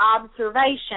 observation